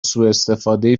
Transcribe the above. سوءاستفاده